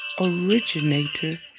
originator